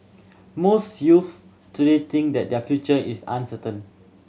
most youths today think that their future is uncertain